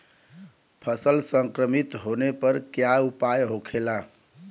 फसल संक्रमित होने पर क्या उपाय होखेला?